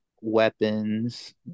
weapons